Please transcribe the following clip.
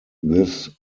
this